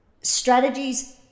strategies